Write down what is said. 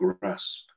grasp